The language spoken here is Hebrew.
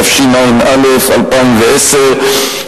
התשע"א 2010,